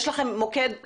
יש לכם מוקד?